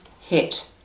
hit